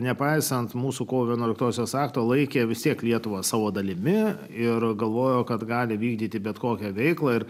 nepaisant mūsų kovo vienuoliktosios akto laikė vis tiek lietuvą savo dalimi ir galvojo kad gali vykdyti bet kokią veiklą ir